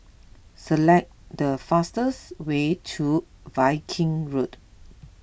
select the fastest way to Viking Road